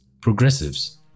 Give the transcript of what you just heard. progressives